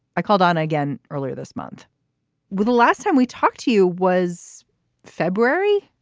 i called on again earlier this month was the last time we talked to you was february?